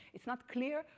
it's not clear,